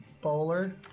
bowler